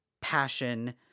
passion